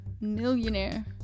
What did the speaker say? millionaire